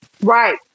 Right